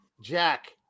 Jack